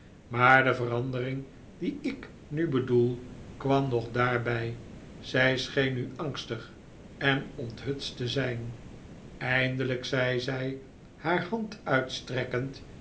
maar de verandering die ik nu bedoel kwam nog daarbij zij scheen nu angstig en onthutst te zijn eindelijk zei zij haar hand uitstrekkend